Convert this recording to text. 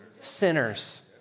Sinners